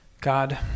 God